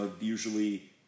usually